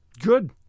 Good